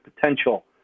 potential